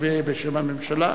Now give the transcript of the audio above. לקריאה ראשונה, מטעם הממשלה: